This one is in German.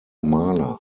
maler